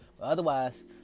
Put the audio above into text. Otherwise